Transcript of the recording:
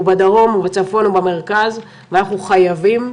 הוא בדרום, הוא בצפון, הוא במרכז, ואנחנו חייבים,